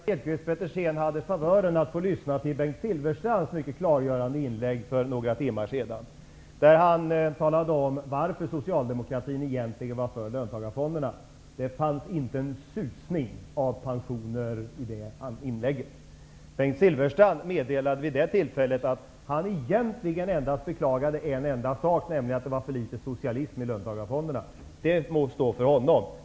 Herr talman! Jag vet inte om Ewa Hedkvist Petersen hade favören att få lyssna till Bengt Silfverstrands mycket klargörande inlägg för några timmar sedan. Han talade om varför socialdemokratin egentligen var för löntagarfonderna. Det fanns inte en susning om pensioner i det inlägget. Bengt Silfverstrand meddelade att han egentligen endast beklagade en enda sak, nämligen att det var för litet socialism i löntagarfonderna. Det må stå för honom.